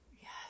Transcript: Yes